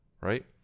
right